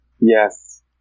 Yes